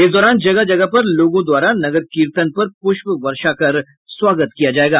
इस दौरान जगह जगह पर लोगों द्वारा नगर कीर्तन पर पूष्प वर्षा कर स्वागत किया जायेगा